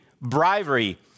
bribery